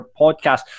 podcast